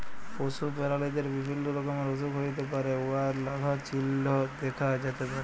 পশু পেরালিদের বিভিল্য রকমের অসুখ হ্যইতে পারে উয়ার লালা চিল্হ দ্যাখা যাতে পারে